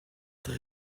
très